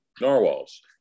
narwhals